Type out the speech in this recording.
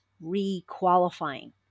re-qualifying